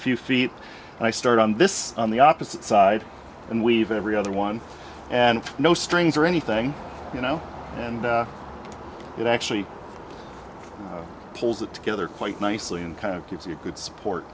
few feet and i start on this on the opposite side and we've every other one and no strings or anything you know and it actually pulls it together quite nicely and kind of gives you good support